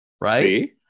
right